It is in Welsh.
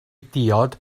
diod